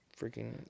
Freaking